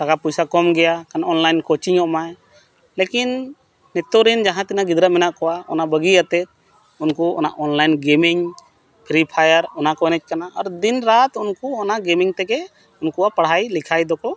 ᱴᱟᱠᱟᱼᱯᱚᱭᱥᱟ ᱠᱚᱢ ᱜᱮᱭᱟ ᱠᱷᱟᱱ ᱼᱚᱜ ᱢᱟᱭ ᱞᱮᱠᱤᱱ ᱱᱤᱛᱚᱜ ᱨᱮᱱ ᱡᱟᱦᱟᱸ ᱛᱤᱱᱟᱹᱜ ᱜᱤᱫᱽᱨᱟᱹ ᱢᱮᱱᱟᱜ ᱠᱚᱣᱟ ᱚᱱᱟ ᱵᱟᱹᱜᱤ ᱠᱟᱛᱮᱫ ᱩᱱᱠᱩ ᱚᱱᱟ ᱯᱷᱤᱨᱤ ᱯᱷᱟᱭᱟᱨ ᱚᱱᱟ ᱠᱚ ᱮᱱᱮᱡ ᱠᱟᱱᱟ ᱟᱨ ᱫᱤᱱᱨᱟᱛ ᱩᱱᱠᱩ ᱚᱱᱟ ᱛᱮᱜᱮ ᱩᱱᱠᱩᱣᱟᱜ ᱯᱟᱲᱦᱟᱭ ᱞᱮᱠᱷᱟᱭ ᱫᱚᱠᱚ